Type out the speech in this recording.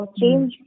change